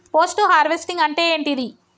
Post harvesting అంటే ఏంటిది?